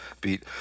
beat